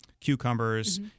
cucumbers